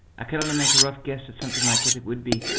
i could only make a rough guess at something like what it would be,